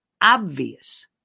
obvious